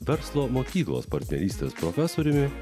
verslo mokyklos partnerystės profesoriumi